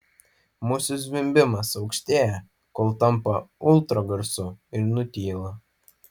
musių zvimbimas aukštėja kol tampa ultragarsu ir nutyla